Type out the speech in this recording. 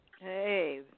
Hey